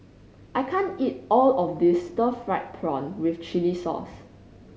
I can't eat all of this stir fried prawn with chili sauce